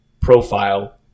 profile